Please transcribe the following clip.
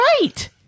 Right